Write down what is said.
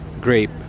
grape